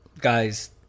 guys